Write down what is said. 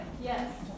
Yes